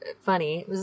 funny